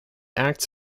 acts